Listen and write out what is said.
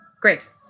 Great